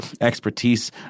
expertise